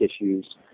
issues